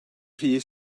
rhy